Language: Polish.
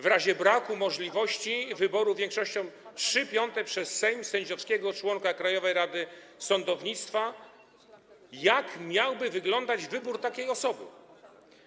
W razie braku możliwości wyboru większością 3/5 przez Sejm sędziowskiego członka Krajowej Rady Sądownictwa jak miałby wyglądać wybór takiej osoby?